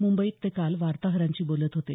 मुंबईत ते काल वार्ताहरांशी बोलत होते